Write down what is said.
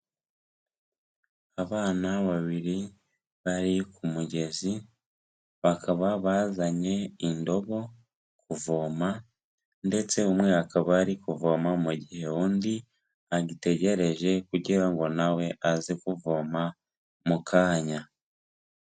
Abana babiri bari ku mugezi bakaba bazanye indobo kuvoma ndetse umwe akaba kuvoma mu gihe undi agitegereje kugira ngo nawe aze kuvoma mukanya.